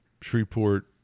Shreveport